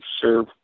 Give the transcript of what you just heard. serve